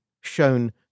shown